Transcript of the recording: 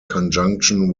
conjunction